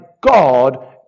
God